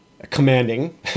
commanding